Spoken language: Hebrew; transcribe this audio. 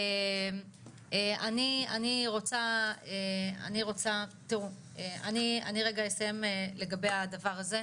אני רוצה, תראו אני רגע אסיים לגבי הדבר הזה,